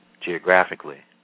geographically